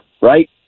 right